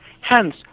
Hence